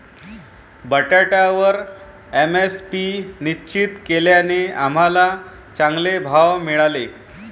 बटाट्यावर एम.एस.पी निश्चित केल्याने आम्हाला चांगले भाव मिळाले